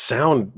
Sound